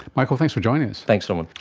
michael, thanks for joining us. thanks norman.